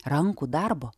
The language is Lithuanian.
rankų darbo